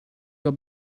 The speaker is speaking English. your